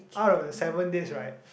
out of the seven days right